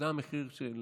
זה המחיר של